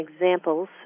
examples